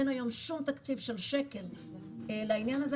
אין היום שום תקציב של שקל לעניין הזה,